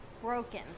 broken